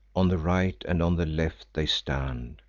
on the right and on the left they stand,